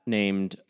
named